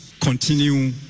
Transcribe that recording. continue